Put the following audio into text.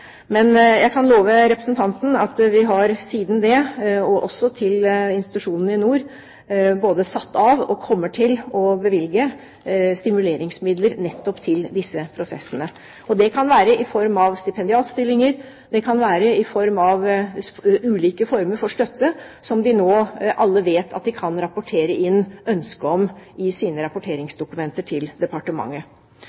Men jeg kan love representanten at vi siden det, også til institusjonene i nord, både har satt av og kommer til å bevilge stimuleringsmidler nettopp til disse prosessene. Det kan være i form av stipendiatstillinger, og det kan være ulike former for støtte, som alle vet at de nå kan rapportere inn ønsker om i sine